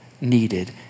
needed